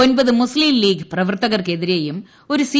ഒമ്പതു മുസ്ലിം ലീഗ് പ്രവർത്തകർക്കെതിരേയും ഒരു സി